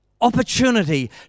opportunity